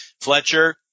Fletcher